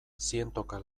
zientoka